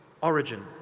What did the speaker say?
origin